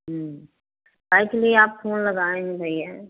actually आप phone लगाए ही नहीं है